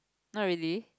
not really